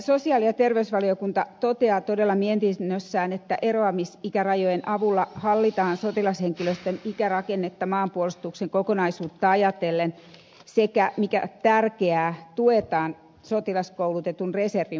sosiaali ja terveysvaliokunta toteaa todella mietinnössään että eroamisikärajojen avulla hallitaan sotilashenkilöstön ikärakennetta maanpuolustuksen kokonaisuutta ajatellen sekä mikä tärkeää tuetaan sotilaskoulutetun reservin muodostumista